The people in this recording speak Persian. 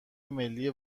ملی